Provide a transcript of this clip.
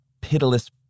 pitiless